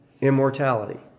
immortality